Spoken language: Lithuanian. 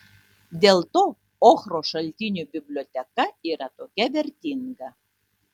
dėl to ochros šaltinių biblioteka yra tokia vertinga